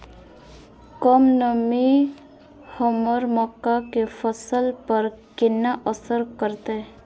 कम नमी हमर मक्का के फसल पर केना असर करतय?